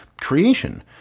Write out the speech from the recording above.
creation